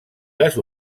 les